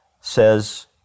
says